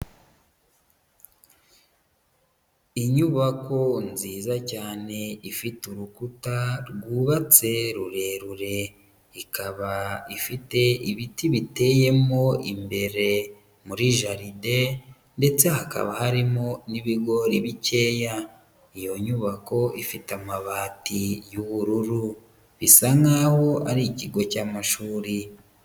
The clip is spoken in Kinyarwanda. Inyubako nziza cyane ifite urukuta rwubatse rurerure. Ikaba ifite ibiti biteyemo imbere muri jaride ndetse hakaba harimo n'ibigori bikeya. Iyo nyubako ifite amabati y'ubururu. Bisa nkaho ari ikigo cy'amashuri.